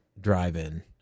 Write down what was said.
drive-in